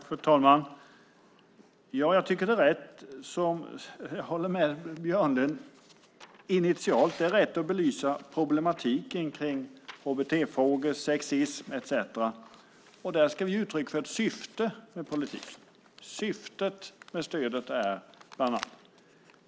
Fru talman! Jag tycker att det är rätt. Jag håller med Björlund om att det initialt är rätt att belysa problematiken kring HBT-frågor, sexism etcetera. Där ska vi ge uttryck för ett syfte med politiken, vad som är syftet med stödet.